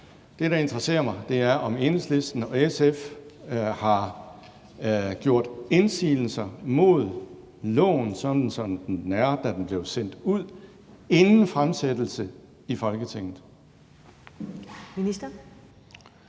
Det, der interesserer mig, er, om Enhedslisten og SF har gjort indsigelser mod lovforslaget, sådan som det var, da den blev sendt ud, altså inden fremsættelsen i Folketinget.